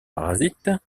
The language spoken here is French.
parasite